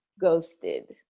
ghosted